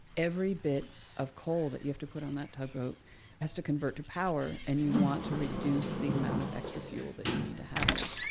every bit of coal that you have to put in that tugboat has to convert to power, and you want to reduce the amount of extra fuel that you need to have there.